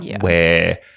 where-